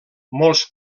molts